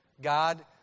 God